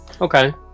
Okay